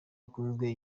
akunzwe